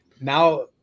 Now